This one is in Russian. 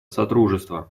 содружества